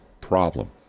problem